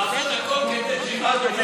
לעשות הכול כדי,